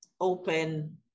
open